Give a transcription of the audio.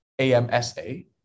AMSA